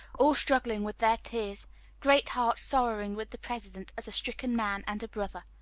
all struggling with their tears great hearts sorrowing with the president as a stricken man and a brother.